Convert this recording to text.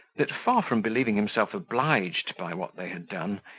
that, far from believing himself obliged by what they had done,